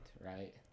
right